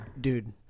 Dude